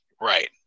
right